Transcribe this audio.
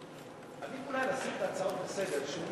עדיף אולי לשים את ההצעות לסדר-היום,